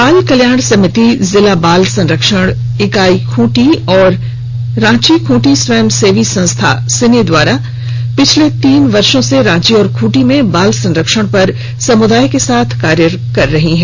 बाल कल्याण समिति जिला बाल संरक्षण इकाई ख्रंटी एवं रांची ख्रंटी स्वयं सेवी संस्था सिनी के द्वारा पिछले तीन वर्षों से रांची एवं खूँटी में बाल संरक्षण पर समुदाय के साथ कार्य कर रही है